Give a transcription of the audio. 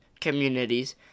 communities